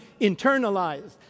internalized